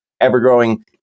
ever-growing